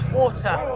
water